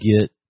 get